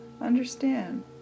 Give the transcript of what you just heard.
understand